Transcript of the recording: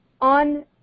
on